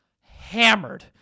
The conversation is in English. hammered